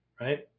right